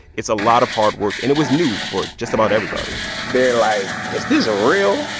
it's a lot of hard work, and it was new for just about everybody they're like, is this real?